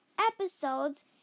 episodes